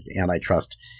antitrust